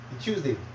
Tuesday